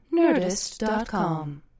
nerdist.com